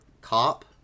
cop